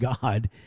God